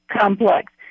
complex